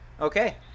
Okay